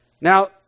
now